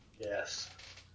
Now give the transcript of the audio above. Yes